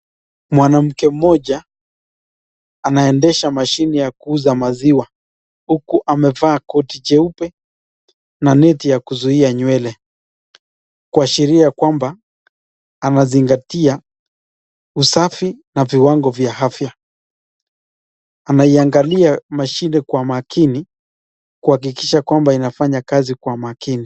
Mwanamke moja anaendesha mashini ya kuuza maziwa huku amefaa koti jeupe na neti ya kuzuia nywele, kuashiria kwamba anazingatia usafi na viwango vya afya. Anaiangalia mashini kwa makini, kuhakikisha kwamba inafanya kazi kwa makini.